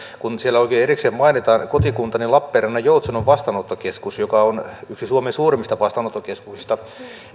kun siellä oikein erikseen mainitaan kotikuntani lappeenrannan joutsenon vastaanottokeskus joka on yksi suomen suurimmista vastaanottokeskuksista